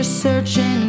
searching